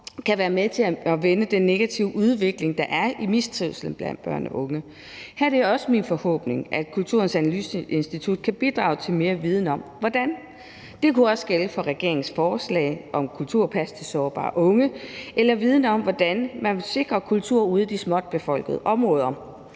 kan være med til at vende den negative udvikling, der er med mistrivsel blandt børn og unge. Her er det også min forhåbning, at Kulturens Analyseinstitut kan bidrage til mere viden om hvordan. Det kunne også gælde for regeringens forslag om kulturpas til sårbare unge eller i forhold til viden om, hvordan man vil sikre kultur i de tyndtbefolkede områder.